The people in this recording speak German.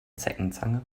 zeckenzange